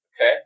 Okay